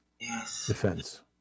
defense